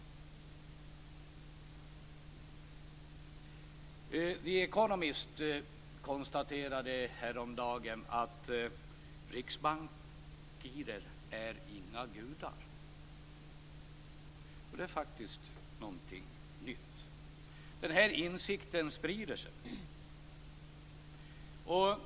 I The Economist konstaterades häromdagen att riksbankirer inte är några gudar. Det är faktiskt någonting nytt. Denna insikt sprider sig.